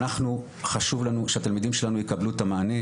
אנחנו חשוב לנו שהתלמידים שלנו יקבלו את המענה,